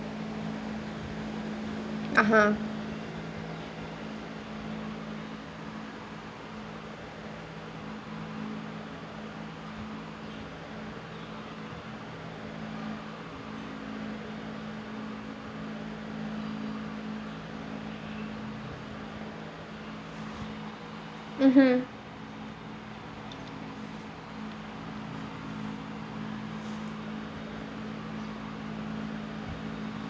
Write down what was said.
(uh huh) mmhmm